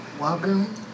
welcome